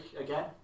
again